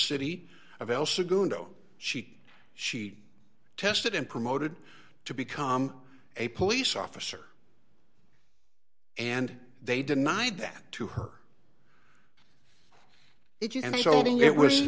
city of el segundo she she tested and promoted to become a police officer and they denied that to her if you